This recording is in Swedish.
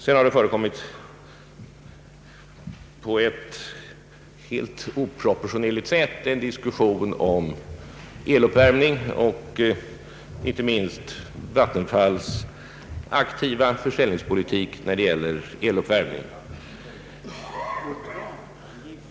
Vidare har det på ett helt oproportionerligt sätt förekommit en diskussion om eluppvärmning och inte minst Vattenfalls aktiva försäljningspolitik vad det gäller eluppvärmning.